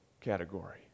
category